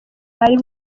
bari